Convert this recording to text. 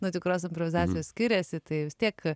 nuo tikros improvizacijos skiriasi tai vis tiek